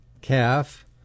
calf